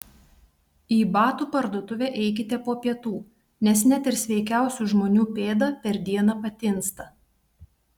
į batų parduotuvę eikite po pietų nes net ir sveikiausių žmonių pėda per dieną patinsta